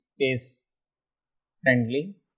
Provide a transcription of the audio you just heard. space-friendly